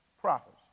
prophets